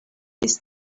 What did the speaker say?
this